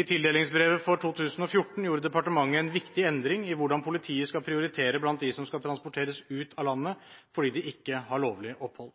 I tildelingsbrevet for 2014 gjorde departementet en viktig endring i hvordan politiet skal prioritere blant de som skal transporteres ut av landet fordi de ikke har lovlig opphold.